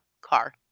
car